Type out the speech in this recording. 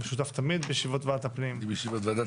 ותאגידי עזר לגבייה העסקת חברת גבייה בידי